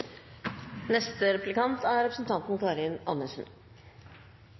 Neste taler er representanten Dag Terje Andersen,